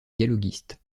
dialoguiste